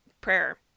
prayer